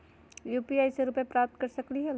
UPI से रुपए प्राप्त कर सकलीहल?